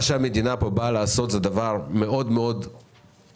מה שהמדינה באה לעשות כאן זה דבר מאוד מאוד חשוב,